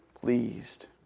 pleased